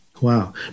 wow